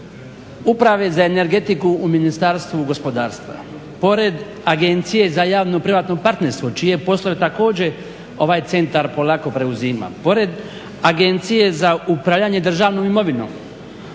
Uprave za energetiku u Ministarstvu gospodarstva, pored Agencije za javno privatno partnerstvo čije poslove također ovaj centar polako preuzima, pored Agencije za upravljanje državnom imovinom,